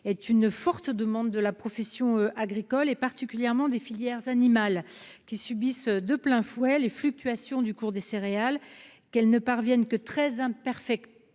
à une forte demande de la profession agricole, issue particulièrement des filières animales. Elles subissent de plein fouet les fluctuations du cours des céréales, qu'elles ne parviennent que très imparfaitement